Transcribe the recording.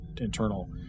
internal